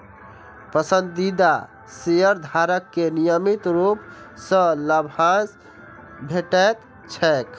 पसंदीदा शेयरधारक कें नियमित रूप सं लाभांश भेटैत छैक